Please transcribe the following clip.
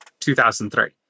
2003